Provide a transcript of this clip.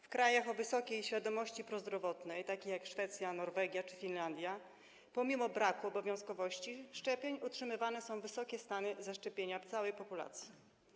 W krajach o wysokiej świadomości prozdrowotnej takich jak Szwecja, Norwegia czy Finlandia pomimo braku obowiązkowości szczepień utrzymywane są wysokie stany zaszczepienia całej populacji.